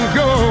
go